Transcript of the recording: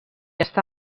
està